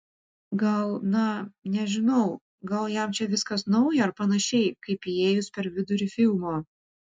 gal na nežinau gal jam čia viskas nauja ar panašiai kaip įėjus per vidurį filmo